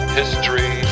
history